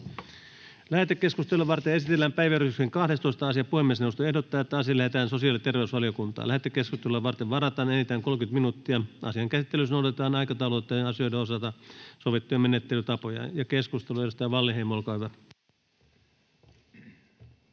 Lähetekeskustelua varten esitellään päiväjärjestyksen 9. asia. Puhemiesneuvosto ehdottaa, että asia lähetetään tarkastusvaliokuntaan. Lähetekeskusteluun varataan enintään 30 minuuttia. Asian käsittelyssä noudatetaan aikataulutettujen asioiden osalta sovittuja menettelytapoja. Avaan keskustelun. — Edustaja Koskela, olkaa hyvä.